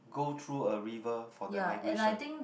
go through a river for the migration